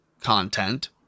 content